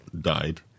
Died